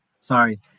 sorry